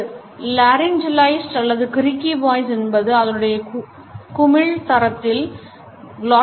ஒரு Laryngealized அல்லது creaky voice என்பது அதனுடைய குமிழ் தரத்தினால்